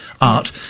Art